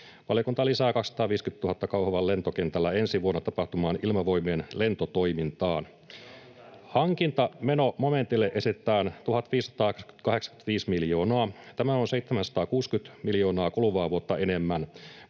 Valiokunta lisää 250 000 Kauhavan lentokentällä ensi vuonna tapahtuvaan Ilmavoimien lentotoimintaan. [Mikko Savola: Tämä on hyvä lisäys!] Hankintamenomomentille esitetään 1 585 miljoonaa. Tämä on 760 miljoonaa kuluvaa vuotta enemmän.